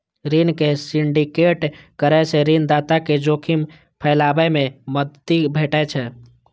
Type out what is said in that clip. ऋण के सिंडिकेट करै सं ऋणदाता कें जोखिम फैलाबै मे मदति भेटै छै